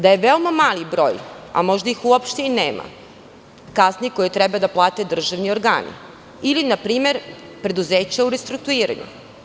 Da je veoma mali broj, a možda ih uopšte i nema, kazni koje treba da plate državni organi ili npr. preduzeće u restrukturiranju.